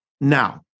Now